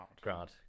grant